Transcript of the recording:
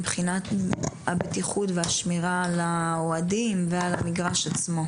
מבחינת הבטיחות והשמירה על האוהדים ועל המגרש עצמו.